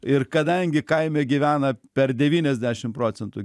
ir kadangi kaime gyvena per devyniasdešim procentų